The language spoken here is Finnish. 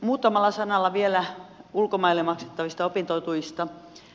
muutamalla sanalla vielä ulkomaille maksettavista opintotuista